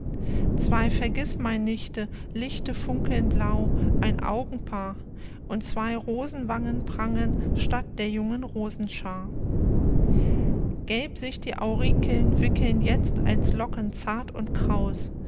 zwei vergißmeinnichte lichte funkeln blau ein augenpaar und zwei rosenwangen prangen statt der jungen rosenschaar gelb sich die aurikeln wickeln jetzt als locken zart und kraus